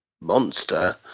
monster